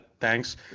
Thanks